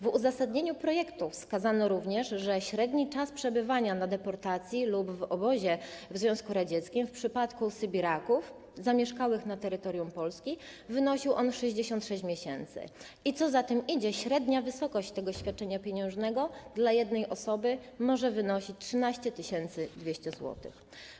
W uzasadnieniu projektu wskazano również, że średni czas przebywania na deportacji lub w obozie w Związku Radzieckim w przypadku sybiraków zamieszkałych na terytorium Polski wynosił 66 miesięcy, a co za tym idzie - średnia wysokość tego świadczenia pieniężnego dla jednej osoby może wynosić 13 200 zł.